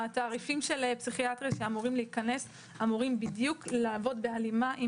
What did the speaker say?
התעריפים של פסיכיאטריה שאמורים להיכנס אמורים בדיוק לעבוד בהלימה עם